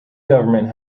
government